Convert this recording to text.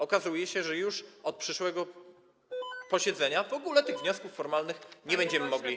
Okazuje się, że już od przyszłego posiedzenia w ogóle wniosków formalnych nie będziemy mogli.